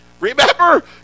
Remember